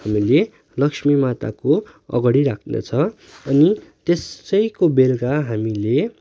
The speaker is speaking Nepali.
हामीले लक्ष्मी माताको अगाडि राख्दछ अनि त्यसैको बेलुका हामीले